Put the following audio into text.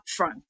upfront